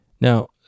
Now